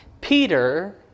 Peter